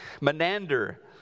Menander